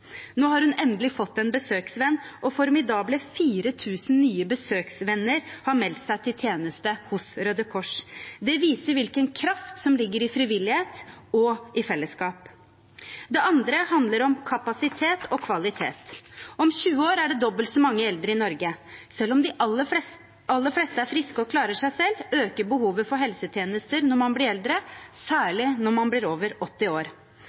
Nå har hun endelig fått en besøksvenn, og formidable 4 000 nye besøksvenner har meldt seg til tjeneste hos Røde Kors. Det viser hvilken kraft som ligger i frivillighet og i fellesskap. Det andre handler om kapasitet og kvalitet. Om 20 år er det dobbelt så mange eldre i Norge. Selv om de aller fleste er friske og klarer seg selv, øker behovet for helsetjenester når man blir eldre, særlig når man blir over 80 år.